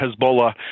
Hezbollah